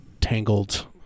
tangled